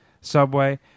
Subway